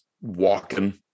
walking